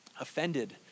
offended